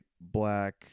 black